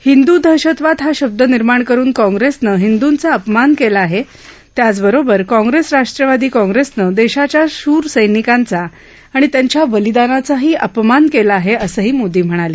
हिंदू दशततवाद हा शब्द निर्माण करून काँप्रेसनं हिंदूंचा अपमान केला आहे त्याचबरोबर काँप्रेस राष्ट्रवादी काँप्रेसनं देशाच्या शूर सैनिकांचा आणि त्यांच्या बलिदानाचाही अपमान केला आहे असंही मोदी म्हणाले